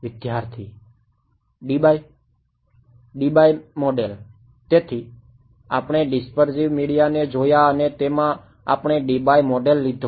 વિદ્યાર્થી Debye Debye model તેથી આપણે ડીસ્પર્શીવ મોડેલ લીધો